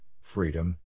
freedom